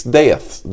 deaths